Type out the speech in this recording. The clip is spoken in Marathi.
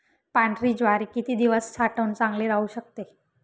पांढरी ज्वारी किती दिवस साठवून चांगली राहू शकते?